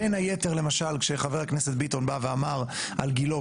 בין היתר למשל כשחבר הכנסת ביטון בא ואמר על גילה,